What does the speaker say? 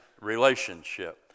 relationship